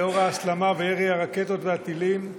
בשל ההסלמה וירי הרקטות והטילים,